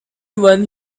one